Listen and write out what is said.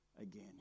again